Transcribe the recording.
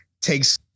takes